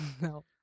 No